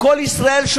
"קול ישראל",